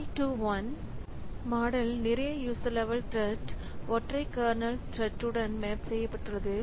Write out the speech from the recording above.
many to one model நிறைய user level thread ஒற்றை kernel thread உடன் மேப் செய்யப்பட்டுள்ளன